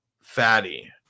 Fatty